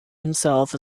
himself